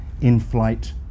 In-Flight